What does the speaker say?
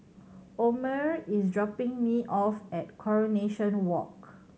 Omer is dropping me off at Coronation Walk